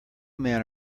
man